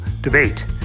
debate